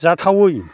जाथावै